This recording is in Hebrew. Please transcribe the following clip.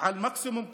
על מקסימום קרקע.